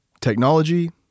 Technology